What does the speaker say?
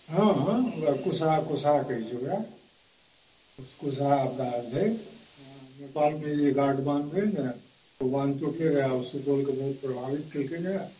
हँ हँ ओएह कुसहा कुसहा कहैत छै ओकरा कुसहा आपदा आयल रहै नेपालमे एलै काठमांडुएमे बाँध टुटले रहै आ सुपौलके बहुत प्रभावित कयलकै रहए